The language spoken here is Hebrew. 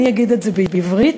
אגיד את זה בעברית,